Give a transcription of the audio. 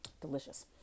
Delicious